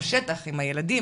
בשטח עם הילדים,